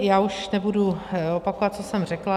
Já už nebudu opakovat, co jsem řekla.